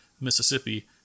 mississippi